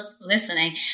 listening